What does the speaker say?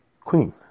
queen